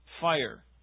fire